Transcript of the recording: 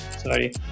Sorry